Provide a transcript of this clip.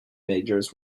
majors